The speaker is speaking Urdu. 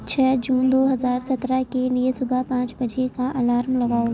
چھ جون دو ہزار سترہ کے لیے صبح پانچ بجے کا الارم لگاؤ